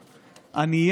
איראני,